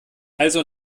also